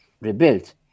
rebuilt